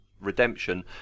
Redemption